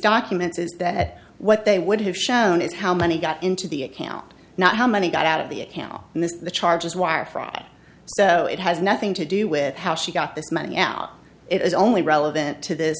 documents is that what they would have shown is how many got into the account not how many got out of the a cow and this the charges wire fraud so it has nothing to do with how she got this money out it is only relevant to this